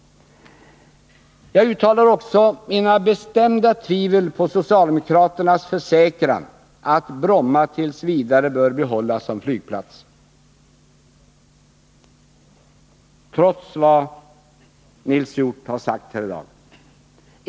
Jag uttalar också mina bestämda tvivel med anledning av socialdemokraternas försäkran att Bromma t. v. bör behållas som flygplats, detta trots Nils Hjorths uttalanden här i dag.